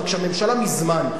רק שהממשלה מזמן,